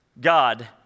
God